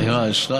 רעש,